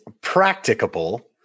practicable—